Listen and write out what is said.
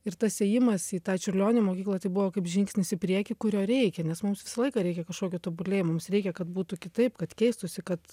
ir tas ėjimas į tą čiurlionio mokyklą tai buvo kaip žingsnis į priekį kurio reikia nes mums visą laiką reikia kažkokio tobulėjimo mums reikia kad būtų kitaip kad keistųsi kad